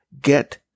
get